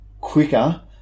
quicker